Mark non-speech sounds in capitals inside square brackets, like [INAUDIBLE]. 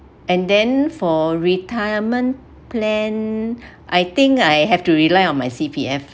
and then for retirement plan [BREATH] I think I have to rely on my C_P_F